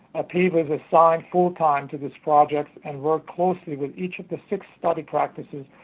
a pea was assigned full-time to this project and worked closely with each of the six study practices,